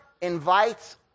invites